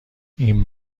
این